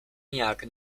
nějak